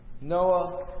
Noah